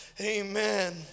Amen